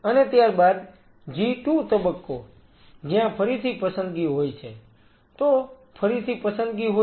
અને ત્યારબાદ G2 તબક્કો જ્યાં ફરીથી પસંદગી હોય છે તો ફરીથી પસંદગી હોય છે